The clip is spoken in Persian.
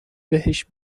بهش